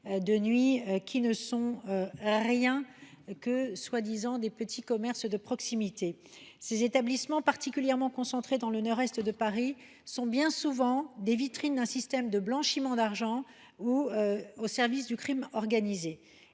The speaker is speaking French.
de nuit qui ne sont en rien des petits commerces de proximité. Ces établissements, particulièrement concentrés dans le nord est de la ville, sont bien souvent les vitrines d’un système de blanchiment d’argent, au service du crime organisé.